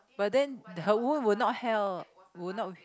but then the wound would not heal would not